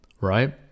right